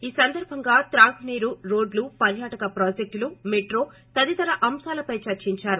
ఈ సందర్బముగా తాగునీరు రోడ్లు పర్యాటక ప్రాజెక్టులు మెట్రో తదితర అంశాలపై చర్సించారు